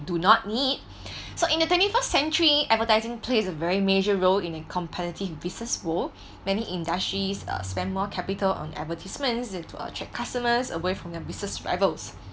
do not need so in the twenty first century advertising plays a very major role in a competitive business world many industries are spent more capital on advertisements in to attract customers away from their business rivals